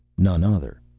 none other.